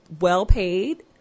well-paid